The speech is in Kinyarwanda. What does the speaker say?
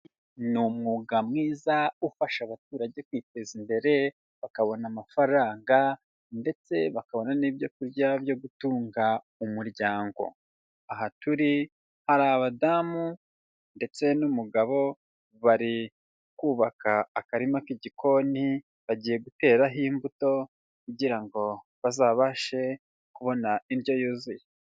Ni umwuga mwiza ufasha abaturage kwiteza imbere bakabona amafaranga ndetse bakabona n'ibyo kurya byo gutunga umuryango, aha turi hari abadamu ndetse n'umugabo bari kubaka akarima k'igikoni bagiye guteraho imbuto kugira ngo bazabashe kubona indyo yuzuye.